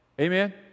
Amen